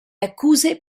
accuse